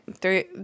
three